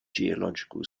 geological